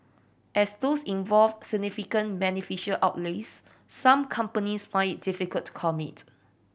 as these involve significant beneficial outlays some companies find it difficult to commit